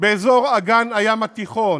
באזור אגן הים התיכון.